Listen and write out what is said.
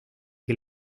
que